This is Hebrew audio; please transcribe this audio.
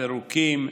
פירוקים,